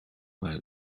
float